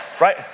Right